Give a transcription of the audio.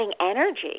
energy